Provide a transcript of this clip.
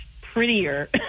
prettier